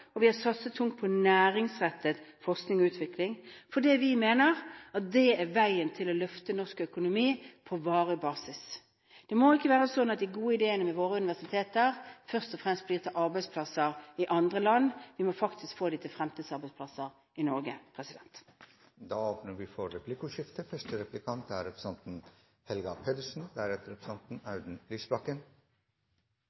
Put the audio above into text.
og vi har satset tungt på næringsrettet forskning og utvikling, fordi vi mener at det er veien til å løfte norsk økonomi på varig basis. Det må ikke være sånn at de gode ideene ved våre universiteter først og fremst blir til arbeidsplasser i andre land. Vi må faktisk få dem til å bli til fremtidige arbeidsplasser i Norge.